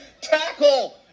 tackle